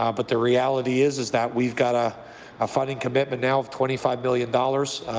ah but the reality is is that we've got a ah funding commitment now of twenty five million dollars.